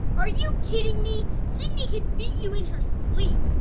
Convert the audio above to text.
are you kidding me? cindy could beat you in her sleep!